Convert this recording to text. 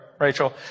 Rachel